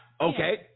Okay